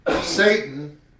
Satan